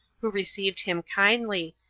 who received him kindly,